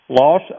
Loss